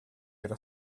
era